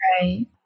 Right